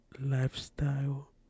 lifestyle